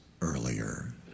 earlier